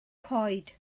coed